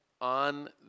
on